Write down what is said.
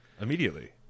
immediately